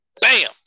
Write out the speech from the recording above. bam